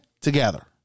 Together